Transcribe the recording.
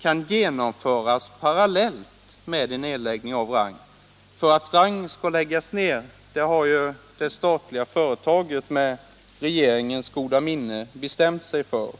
kan genomföras parallellt med en nedläggning av Rang. Att Rang skall läggas ned har ju det statliga företaget med regeringens goda minne bestämt sig för.